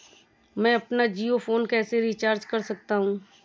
मैं अपना जियो फोन कैसे रिचार्ज कर सकता हूँ?